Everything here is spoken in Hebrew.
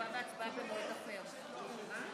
הצעת החוק לא עברה והיא יורדת מסדר-היום.